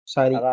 Sorry